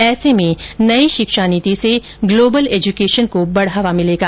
ऐसे में नई शिक्षा नीति से ग्लोबल एज्यूकेशन को बढ़ावा मिलेगा